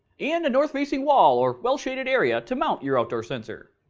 and a north-facing wall or well shaded area to mount your outdoor sensor.